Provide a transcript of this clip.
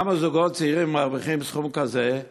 כמה זוגות צעירים מרוויחים סכום כזה?